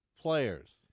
players